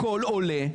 הכל עולה,